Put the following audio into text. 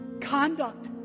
conduct